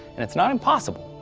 and it's not impossible,